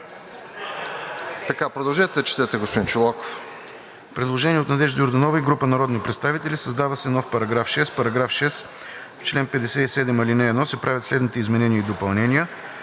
Така – продължете да четете, господин Чолаков.